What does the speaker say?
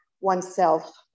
oneself